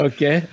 Okay